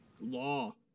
law